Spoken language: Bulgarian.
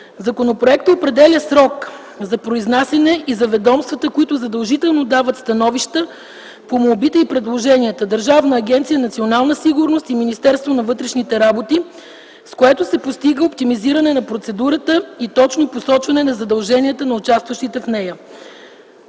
Законопроектът определя срок за произнасяне и за ведомствата, които задължително дават становища по молбите и предложенията – Държавна агенция „Национална сигурност” и Министерството на вътрешните работи, с което се постига оптимизиране на процедурата и точно посочване на задълженията на участниците в нея.